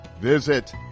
visit